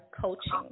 coaching